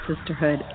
Sisterhood